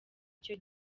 icyo